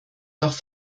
doch